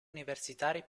universitari